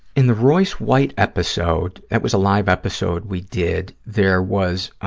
in the royce white episode, that was a live episode we did, there was